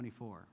24